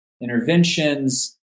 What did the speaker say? interventions